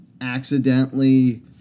accidentally